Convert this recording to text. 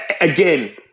Again